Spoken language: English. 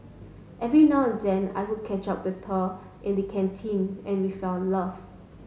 every now and then I would catch up with her in the canteen and we fell in love